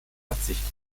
verzichtet